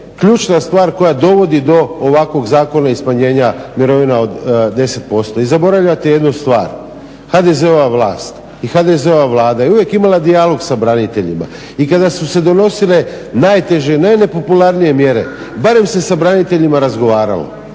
ključna stvar koja dovodi do ovakvog zakona i smanjenja mirovina od 10%. I zaboravljate jedne stvar, HDZ-ova vlast i HDZ-ova Vlada je uvijek imala dijalog sa braniteljima. I kada su se donosile najteže i najnepopularnije mjere barem se sa braniteljima razgovaralo.